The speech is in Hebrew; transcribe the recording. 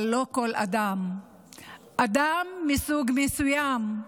אבל לא כל אדם אדם מסוג מסוים.